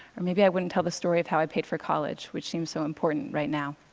or maybe i wouldn't tell the story of how i paid for college, which seems so important right now.